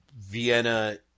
Vienna